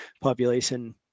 population